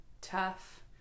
tough